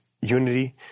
unity